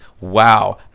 wow